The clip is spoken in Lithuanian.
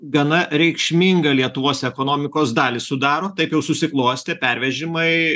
gana reikšmingą lietuvos ekonomikos dalį sudaro taip jau susiklostė pervežimai